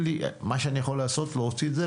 מה שאני יכול לעשות הוא להוציא את זה